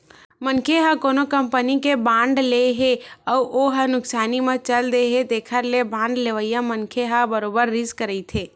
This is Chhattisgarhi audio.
मनखे ह कोनो कंपनी के बांड ले हे अउ हो ह नुकसानी म चलत हे तेखर ले बांड लेवइया मनखे ह बरोबर रिस्क रहिथे